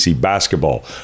basketball